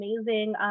amazing